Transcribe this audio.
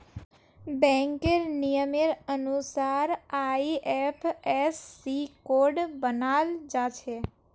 बैंकेर नियमेर अनुसार आई.एफ.एस.सी कोड बनाल जाछे